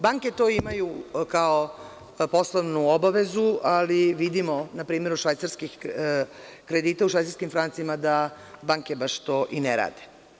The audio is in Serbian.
Banke to imaju kao poslovnu obavezu, ali vidimo od kredita u švajcarskim francima, da banke to ne rade.